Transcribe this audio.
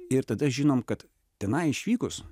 ir tada žinom kad tenai išvykus